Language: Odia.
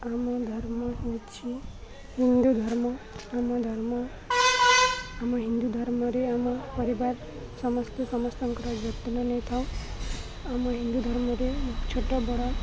ଆମ ଧର୍ମ ହେଉଛି ହିନ୍ଦୁ ଧର୍ମ ଆମ ଧର୍ମ ଆମ ହିନ୍ଦୁ ଧର୍ମରେ ଆମ ପରିବାର ସମସ୍ତେ ସମସ୍ତଙ୍କର ଯତ୍ନ ନେଇଥାଉ ଆମ ହିନ୍ଦୁ ଧର୍ମରେ ଛୋଟ ବଡ଼